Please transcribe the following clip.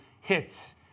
hits